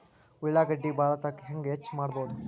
ಉಳ್ಳಾಗಡ್ಡಿ ಬಾಳಥಕಾ ಹೆಂಗ ಹೆಚ್ಚು ಮಾಡಬಹುದು?